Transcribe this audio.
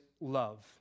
love